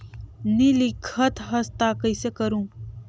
नी लिखत हस ता कइसे करू?